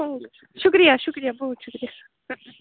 شکریہ شکریہ بہت شکریہ